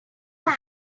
that